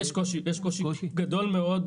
יש קושי גדול מאוד,